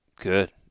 Good